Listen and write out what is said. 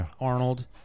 Arnold